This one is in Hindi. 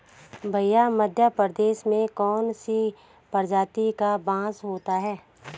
भैया मध्य प्रदेश में कौन सी प्रजाति का बांस होता है?